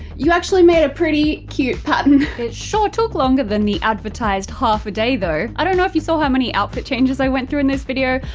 you actually made a pretty cute pattern. it sure took longer than the advertised half a day though. i don't know if you saw how many outfit changes i went through in this video,